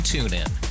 TuneIn